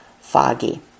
foggy